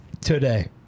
Today